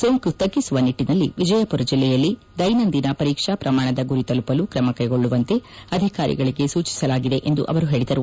ಸೋಂಕು ತಗ್ಗಿಸುವ ನಿಟ್ಟಿನಲ್ಲಿ ವಿಜಯಪುರ ಜಿಲ್ಲೆಯಲ್ಲಿ ದೈನಂದಿನ ಪರೀಕ್ಷಾ ಪ್ರಮಾಣದ ಗುರಿ ತಲುಪಲು ಕ್ರಮ ಕೈಗೊಳ್ಳುವಂತೆ ಅಧಿಕಾರಿಗಳಿಗೆ ಸೂಚಿಸಲಾಗಿದೆ ಎಂದು ಹೇಳಿದರು